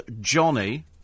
Johnny